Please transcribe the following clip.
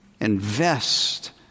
Invest